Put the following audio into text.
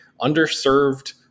underserved